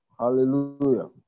Hallelujah